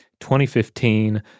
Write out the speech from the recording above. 2015